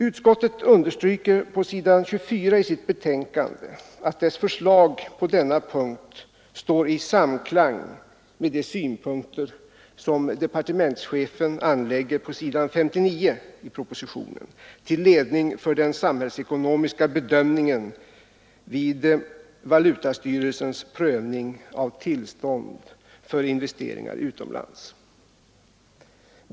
Utskottet understryker på s. 24 i sitt betänkande att utskottets förslag på denna punkt står i samklang med de synpunkter som departementschefen anlägger på s. 59 i propositionen till ledning för den samhällsekonomiska bedömningen vid valutastyrelsens prövning av tillstånd för investeringar utomlands.